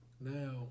now